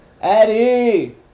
Eddie